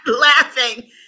laughing